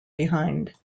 behind